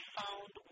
found